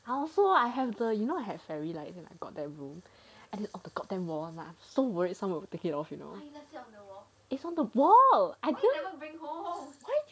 I also have the you know I have fairy lights and my god damn room on the god damn wall I was so worried someone take if off you know it's on the wall I go and